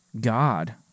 God